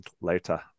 later